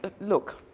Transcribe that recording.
Look